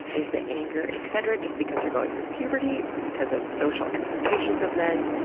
is the anger, etc, just because you're going through puberty. is it because of social expectations of men?